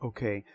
Okay